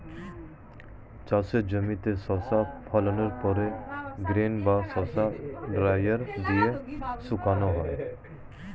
চাষের জমিতে শস্য ফলনের পর গ্রেন বা শস্য ড্রায়ার দিয়ে শুকানো হয়